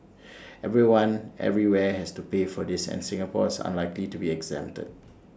everyone everywhere has to pay for this and Singapore is unlikely to be exempted